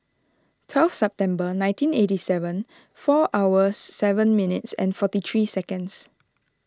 twelfth September nineteen eighty seven four hours seven minutes and forty three seconds